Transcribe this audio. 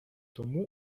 тому